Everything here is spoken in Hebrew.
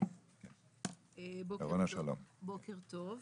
בוקר טוב.